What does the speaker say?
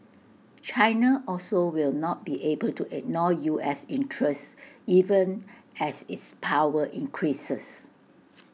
China also will not be able to ignore U S interests even as its power increases